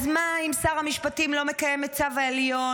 אז מה אם שר המשפטים לא מקיים את צו העליון